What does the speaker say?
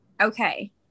Okay